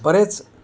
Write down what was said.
बरेच